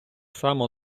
само